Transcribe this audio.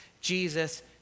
Jesus